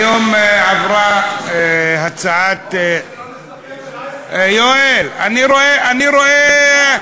היום עברה הצעת, יואל, אני רואה, אני רואה,